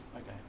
Okay